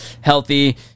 healthy